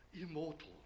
immortal